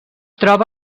troba